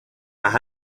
más